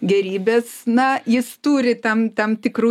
gėrybės na jis turi tam tam tikrų